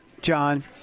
John